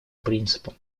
принципам